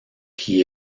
qui